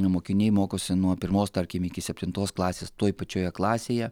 mokiniai mokosi nuo pirmos tarkim iki septintos klasės toj pačioje klasėje